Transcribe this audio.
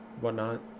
whatnot